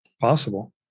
Possible